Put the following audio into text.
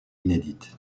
inédites